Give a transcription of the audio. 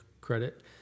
credit